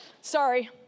Sorry